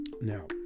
Now